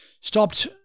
stopped